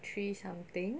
three something